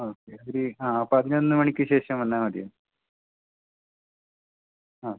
okay ഒരു ആ പതിനൊന്ന് മണിക്ക് ശേഷം വന്നാൽ മതിയാവും ആ